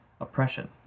oppression